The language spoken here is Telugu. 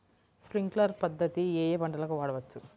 స్ప్రింక్లర్ పద్ధతిని ఏ ఏ పంటలకు వాడవచ్చు?